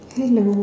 Hello